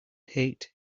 hate